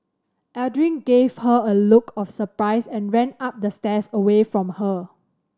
Aldrin gave her a look of surprise and ran up the stairs away from her